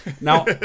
now